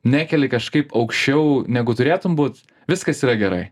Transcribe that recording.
nekeli kažkaip aukščiau negu turėtum būt viskas yra gerai